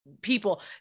people